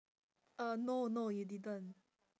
uh no no you didn't